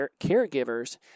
caregivers